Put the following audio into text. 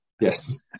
Yes